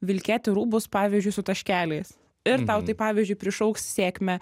vilkėti rūbus pavyzdžiui su taškeliais ir tau tai pavyzdžiui prišauks sėkmę